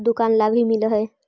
दुकान ला भी मिलहै?